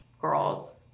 girls